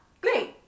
Great